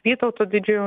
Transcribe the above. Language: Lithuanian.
vytauto didžiojo